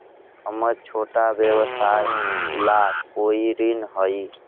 हमर छोटा व्यवसाय ला कोई ऋण हई?